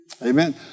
Amen